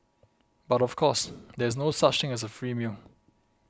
but of course there is no such thing as a free meal